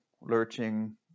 lurching